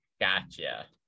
Gotcha